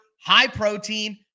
high-protein